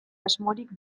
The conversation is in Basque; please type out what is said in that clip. asmorik